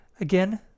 again